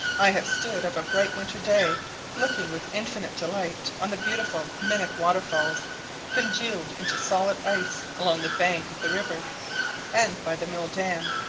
i have stood of a bright winter day looking with infinite delight on the beautiful mimic waterfalls congealed into solid ice along the bank of the river and by the mill-dam,